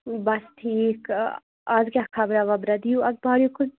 بس ٹھیٖک آز کیاہ خبرا وبرا دِیِو اخبار یوکُن